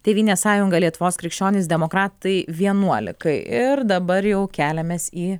tėvynės sąjunga lietuvos krikščionys demokratai vienuolikai ir dabar jau keliamės į